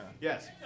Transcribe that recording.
Yes